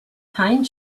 pine